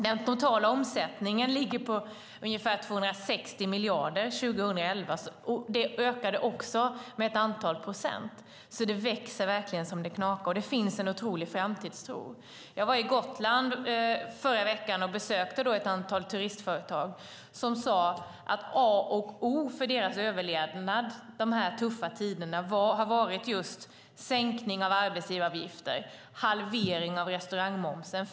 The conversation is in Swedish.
Den totala omsättningen ligger på ungefär 260 miljarder 2011, och det ökade också med ett antal procent. Det växer alltså verkligen så det knakar, och det finns en otrolig framtidstro. Jag var på Gotland förra veckan och besökte då ett antal turismföretag. De sade att A och O för deras överlevnad under dessa tuffa tider har varit just sänkningen av arbetsgivaravgifter och halveringen av restaurangmomsen.